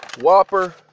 Whopper